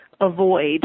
avoid